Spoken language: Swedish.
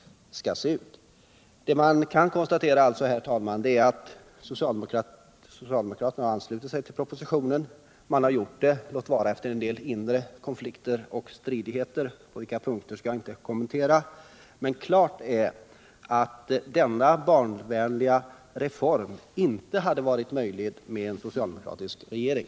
Vad vi här kan konstatera, herr talman, är att socialdemokraterna anslutit sig tull propositionen, låt vara att det har skett med en del inre konflikter och stridigheter — på vilka punkter skall jag inte kommentera. Men det stär klart att denna barnvänliga reform inte hade varit möjlig med en socialdemokratisk regering.